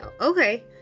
Okay